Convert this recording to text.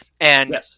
And-